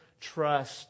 trust